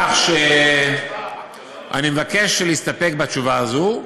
כך שאני מבקש להסתפק בתשובה הזו,